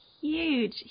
huge